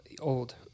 old